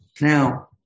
Now